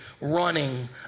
running